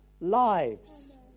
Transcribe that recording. lives